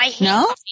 No